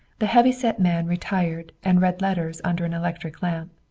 the heavy-set man retired and read letters under an electric lamp.